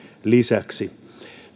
lisäksi